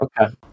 Okay